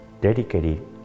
dedicated